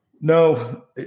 No